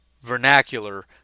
vernacular